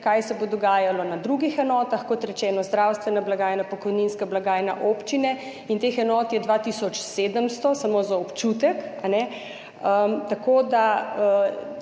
kaj se bo dogajalo na drugih enotah, kot rečeno, zdravstvena blagajna, pokojninska blagajna, občine, in teh enot je 2 tisoč 700, samo za občutek, tako da